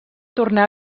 tornar